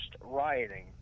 rioting